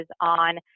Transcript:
on